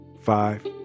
Five